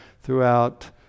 throughout